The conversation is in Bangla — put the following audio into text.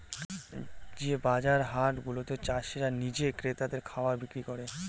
যে বাজার হাট গুলাতে চাষীরা নিজে ক্রেতাদের খাবার বিক্রি করে